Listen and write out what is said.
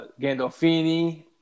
Gandolfini